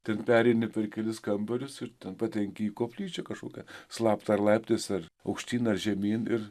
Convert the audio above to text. ten pereini per kelis kambarius ir patenki į koplyčią kažkokią slaptą ar laiptais ar aukštyn ar žemyn ir